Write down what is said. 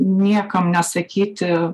niekam nesakyti